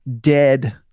dead